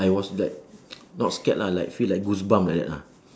I was like not scared lah like feel like goose bump like that lah